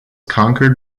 conquered